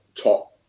top